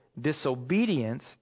disobedience